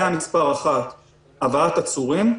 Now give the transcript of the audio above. הבעיה הראשונה היא הבאת עצורים,